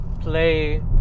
play